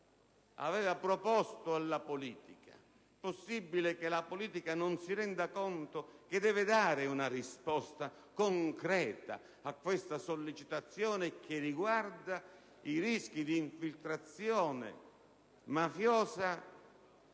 ha proposto alla politica, che non si renda conto che deve dare una risposta concreta a una sollecitazione che riguarda i rischi di infiltrazioni mafiose